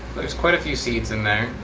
there's quite a few seeds in there.